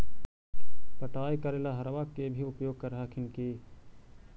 पटाय करे ला अहर्बा के भी उपयोग कर हखिन की?